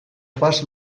pas